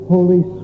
Holy